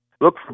Look